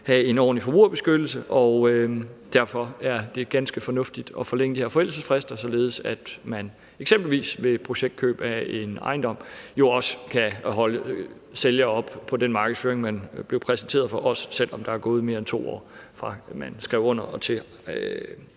have en ordentlig forbrugerbeskyttelse. Derfor er det ganske fornuftigt at forlænge de her forældelsesfrister, således at man eksempelvis ved projektkøb af en ejendom også kan holde sælger oppe på den markedsføring, man blev præsenteret for, også selv om der er gået mere end 2 år, fra at man skrev under, og til